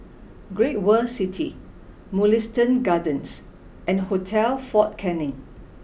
Great World City Mugliston Gardens and Hotel Fort Canning